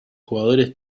jugadores